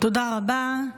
תודה רבה.